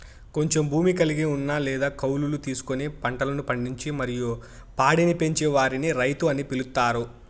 కొంచెం భూమి కలిగి ఉన్న లేదా కౌలుకు తీసుకొని పంటలు పండించి మరియు పాడిని పెంచే వారిని రైతు అని పిలుత్తారు